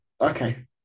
Okay